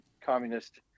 communist